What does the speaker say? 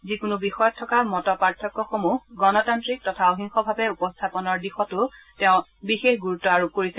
যিকোনো বিষয়ত থকা মতপাৰ্থক্যসমূহ গণতান্ত্ৰিক তথা অহিংসভাৱে উপস্থাপনৰ দিশতো তেওঁ বিশেষ গুৰুত্ব আৰোপ কৰিছে